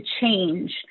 change